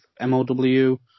MOW